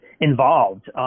involved